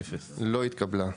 0 ההסתייגות לא התקבלה.